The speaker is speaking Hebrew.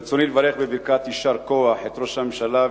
ברצוני לברך בברכת יישר כוח את ראש הממשלה,